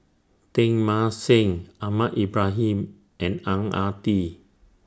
Teng Mah Seng Ahmad Ibrahim and Ang Ah Tee